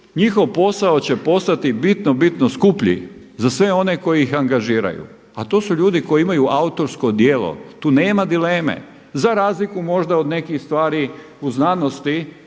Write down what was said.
njihov posao će postati bitno, bitno skuplji za sve one koji ih angažiraju a to su ljudi koji imaju autorsko djelo, tu nema dileme za razliku možda od nekih stvari u znanosti